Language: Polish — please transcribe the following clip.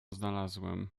znalazłem